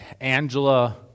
Angela